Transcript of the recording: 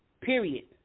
Period